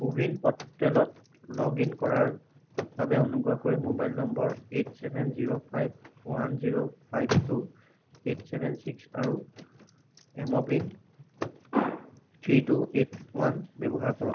কো win প'ৰ্টেলত log in কৰাৰ বাবে অনুগ্ৰহ কৰি mobile number eight seven zero five one zero five two eight seven six আৰু M PIN three two eight one ব্যৱহাৰ কৰক